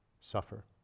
suffer